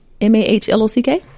m-a-h-l-o-c-k